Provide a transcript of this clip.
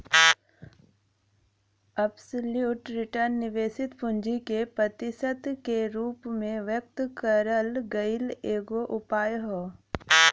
absolute return निवेशित पूंजी के प्रतिशत के रूप में व्यक्त करल गयल एक उपाय हौ